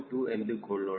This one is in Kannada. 2 ಎಂದುಕೊಳ್ಳೋಣ